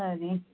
खरी